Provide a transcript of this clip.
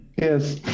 Yes